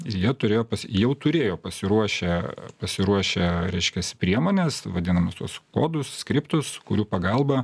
ir jie turėjo jau turėjo pasiruošę pasiruošę reiškiasi priemones vadinamus tuos kodus skriptus kurių pagalba